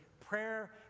Prayer